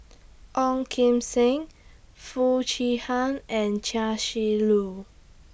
Ong Kim Seng Foo Chee Han and Chia Shi Lu